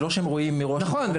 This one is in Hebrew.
נכון,